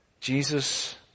Jesus